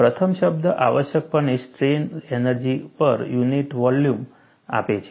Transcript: પ્રથમ શબ્દ આવશ્યકપણે સ્ટ્રેન એનર્જી પર યુનિટ વોલ્યુમ આપે છે